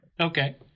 Okay